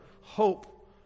hope